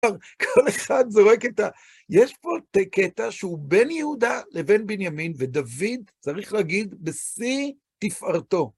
כל אחד זורק את ה... יש פה קטע שהוא בין יהודה לבין בנימין, ודוד, צריך להגיד, בשיא תפארתו.